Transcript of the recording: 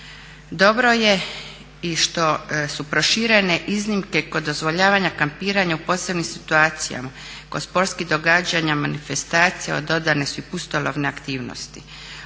Dobro je i što su proširene iznimke kod dozvoljavanja kampiranja u posebnim situacijama, kod sportskih događanja, manifestacija dodane su i pustolovne aktivnosti.